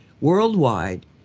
worldwide